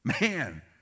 Man